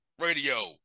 radio